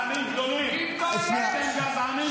אדוני השר, אדוני השר.